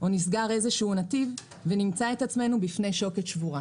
או נסגר איזשהו נתיב נמצא את עצמנו בפני שוקת שבורה".